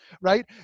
right